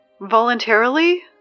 Voluntarily